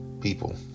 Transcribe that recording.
people